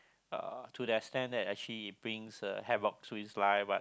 uh to the extend that actually it brings uh havoc to his life but